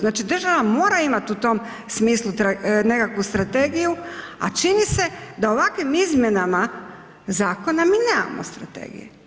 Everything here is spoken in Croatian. Znači, država mora imati u tom smislu nekakvu strategiju, a čini se da ovakvim izmjenama zakona mi nemamo strategiju.